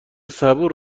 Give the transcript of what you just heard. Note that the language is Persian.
صبور